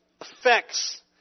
affects